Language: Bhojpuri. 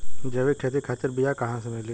जैविक खेती खातिर बीया कहाँसे मिली?